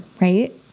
right